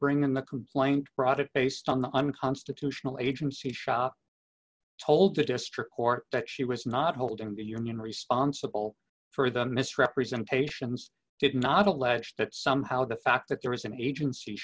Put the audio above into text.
bring in the complaint brought it based on the unconstitutional agency shop told the district court that she was not holding the union responsible for the misrepresentations did not allege that somehow the fact that there is an agency